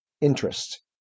interest